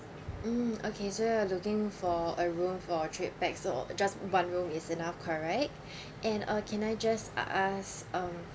mm okay so you are looking for a room for three pax so just one room is enough correct and uh can I just ask um